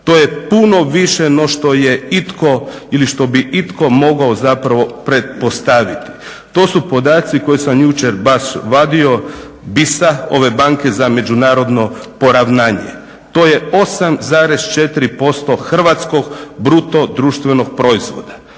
To je puno više no što je itko ili što bi itko mogao zapravo pretpostaviti. To su podaci koje sam jučer baš vadio BIS-a ove Banke za međunarodno poravnanje. To je 8,4% hrvatskog bruto društvenog proizvoda.